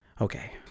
Okay